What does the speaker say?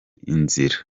inzira